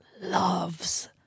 loves